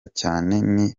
cyane